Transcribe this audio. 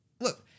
Look